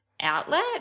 outlet